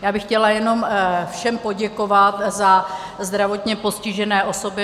Já bych chtěla jenom všem poděkovat za zdravotně postižené osoby.